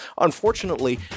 Unfortunately